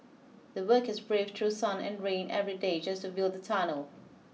the workers braved through sun and rain every day just to build the tunnel